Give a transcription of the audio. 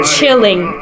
Chilling